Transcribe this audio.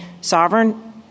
sovereign